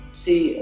see